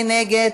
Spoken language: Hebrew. מי נגד?